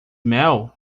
mel